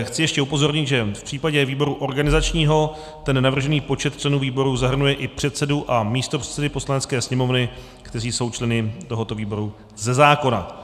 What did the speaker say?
Chci ještě upozornit, že v případě výboru organizačního navržený počet členů výboru zahrnuje i předsedu a místopředsedy Poslanecké sněmovny, kteří jsou členy tohoto výboru ze zákona.